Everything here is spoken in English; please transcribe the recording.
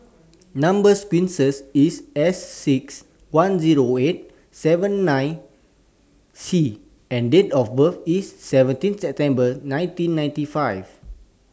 Number sequence IS S six one Zero eight seven five nine C and Date of birth IS seventeen September nineteen fifty nine